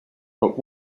but